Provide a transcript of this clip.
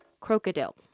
Crocodile